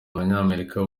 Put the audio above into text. abanyamerika